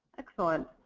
excellent.